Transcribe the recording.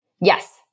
Yes